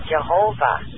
Jehovah